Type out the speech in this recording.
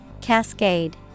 Cascade